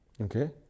Okay